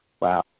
Wow